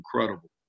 incredible